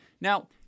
Now